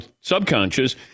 subconscious